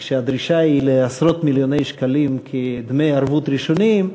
וכשהדרישה היא לעשרות מיליוני שקלים כדמי ערבות ראשוניים,